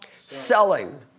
Selling